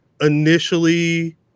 Initially